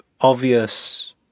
obvious